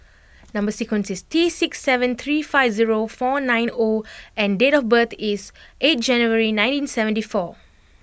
number sequence is T six seven three five zero four nine O and date of birth is eighth January nineteen seventy four